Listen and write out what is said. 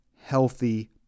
healthy